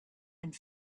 and